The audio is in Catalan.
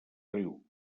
riu